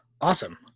Awesome